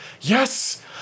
Yes